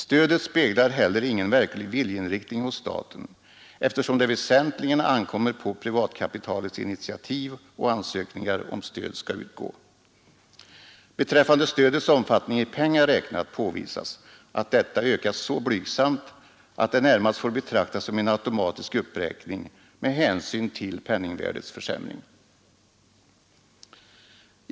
Stödet speglar heller ingen verklig viljeinriktning hos staten, eftersom det väsentligen ankommer på privatkapitalets initiativ och ansökningar om stöd skall utgå. Beträffande stödets omfattning i pengar räknat påvisas att detta ökas så blygsamt att det närmast får betraktas som en automatisk uppräkning med hänsyn till penningvärdets försämring.